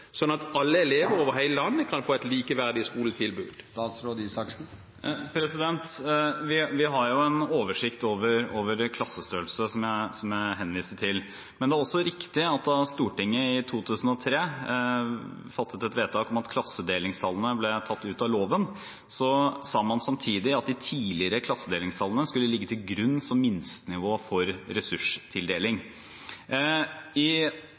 sånn at alle elever over hele landet kan få et likeverdig skoletilbud. Vi har en oversikt over klassestørrelse, som jeg henviste til. Men det er også riktig at da Stortinget i 2003 fattet et vedtak om at klassedelingstallene skulle bli tatt ut av loven, sa man samtidig at de tidligere klassedelingstallene skulle ligge til grunn som minstenivå for ressurstildeling. I